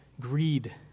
greed